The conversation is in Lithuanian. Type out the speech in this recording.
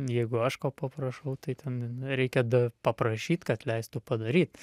jeigu aš ko paprašau tai ten reikia dar paprašyt kad leistų padaryt